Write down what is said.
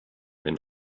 ein